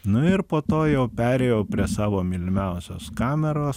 nu ir po to jau perėjau prie savo mylimiausios kameros